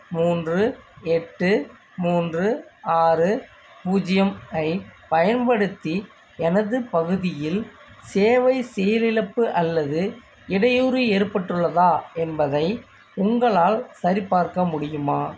மூன்று எட்டு மூன்று ஆறு பூஜ்ஜியம் ஐப் பயன்படுத்தி எனது பகுதியில் சேவை செயலிழப்பு அல்லது இடையூறு ஏற்பட்டுள்ளதா என்பதை உங்களால் சரிபார்க்க முடியுமா